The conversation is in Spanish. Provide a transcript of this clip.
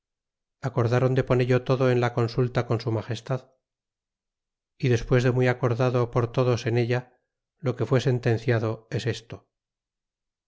acordaron de ponello todo en la consulta con su magestad y despues de muy acordado por todos en ella lo que fué sentenciado es esto